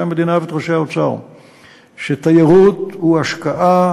המדינה ואת ראשי האוצר שתיירות היא השקעה